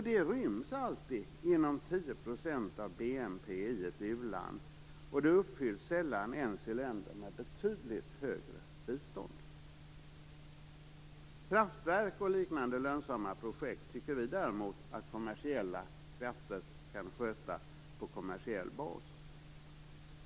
Det ryms alltid inom 10 % av BNP i ett u-land, men det uppfylls sällan ens i länder med betydligt högre bistånd. Kraftverk och liknande lönsamma projekt tycker vi däremot att kommersiella krafter kan sköta på kommersiell bas.